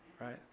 right